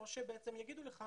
והאפשרות השנייה היא שיאמרו לך,